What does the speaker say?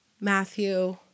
Matthew